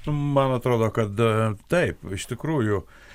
man atrodo kad a taip iš tikrųjų